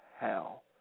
hell